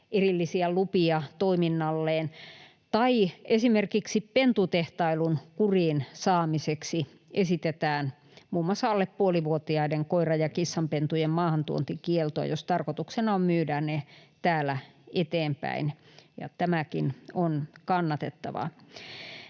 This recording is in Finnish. erillisiä lupia toiminnalleen, tai esimerkiksi pentutehtailun kuriin saamiseksi esitetään muun muassa alle puolivuotiaiden koiran- ja kissanpentujen maahantuontikieltoa, jos tarkoituksena on myydä ne täällä eteenpäin, ja tämäkin on kannatettavaa.